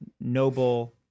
noble